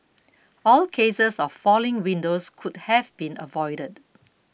all cases of falling windows could have been avoided